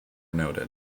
noted